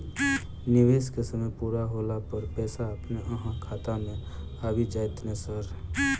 निवेश केँ समय पूरा होला पर पैसा अपने अहाँ खाता मे आबि जाइत नै सर?